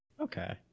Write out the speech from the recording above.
Okay